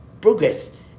progress